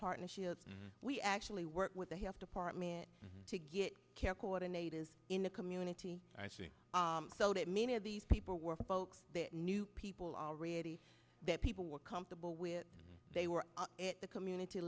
partnerships we actually work with the health department to get care coordinate is in the community i see so that many of these people were folks knew people already that people were comfortable with they were at the community